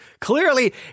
Clearly